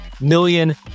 million